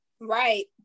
Right